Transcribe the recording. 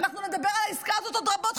אנחנו נדבר על העסקה הזאת עוד רבות.